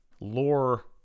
lore